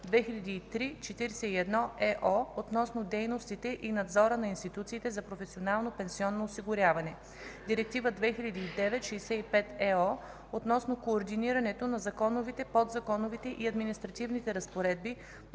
2003/41/ЕО относно дейностите и надзора на институциите за професионално пенсионно осигуряване, Директива 2009/65/ЕО относно координирането на законовите, подзаконовите и административните разпоредби